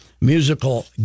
musical